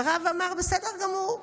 והרב אמר: בסדר גמור,